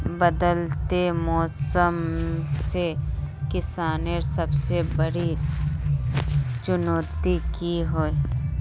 बदलते मौसम से किसानेर सबसे बड़ी चुनौती की होय?